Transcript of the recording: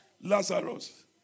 Lazarus